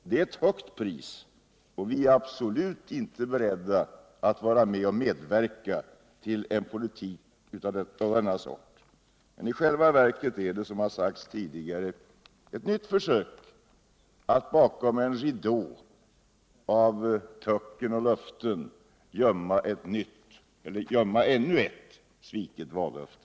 Det är 26 maj 1978 eu högt pris, och vi är absolut inte beredda att medverka till en politik av detta slag. I själva verket är det, som det har sagts tidigare, ett nytt försök att bakom Energisparplan en ridå av töcken och löften gömma ännu ett sviket vallöfte.